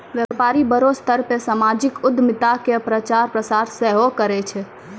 व्यपारी बड़ो स्तर पे समाजिक उद्यमिता के प्रचार प्रसार सेहो करै छै